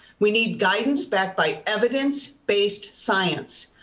we need guidance backed by evidence-based science.